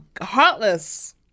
heartless